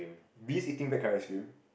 bees eating black current ice cream